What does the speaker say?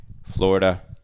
Florida